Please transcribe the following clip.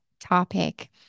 topic